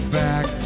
back